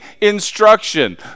instruction